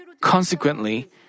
Consequently